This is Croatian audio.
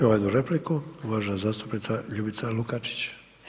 Imamo jednu repliku, uvažena zastupnica Ljubica Lukačić.